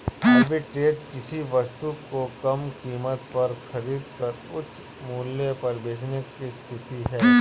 arbitrage किसी वस्तु को कम कीमत पर खरीद कर उच्च मूल्य पर बेचने की स्थिति है